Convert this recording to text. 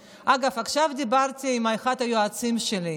אגב, עכשיו דיברתי עם אחד היועצים שלי,